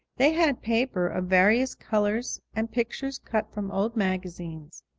they had paper of various colors and pictures cut from old magazines.